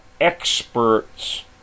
Experts